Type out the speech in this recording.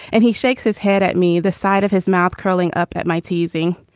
and he shakes his head at me, the side of his mouth curling up at my teasing.